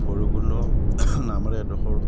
ভৈৰৱকুণ্ড নামৰে এডোখৰ